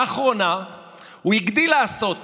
לאחרונה הוא הגדיל לעשות